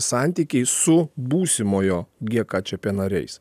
santykiai su būsimojo gie ką čė pė nariais